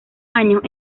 años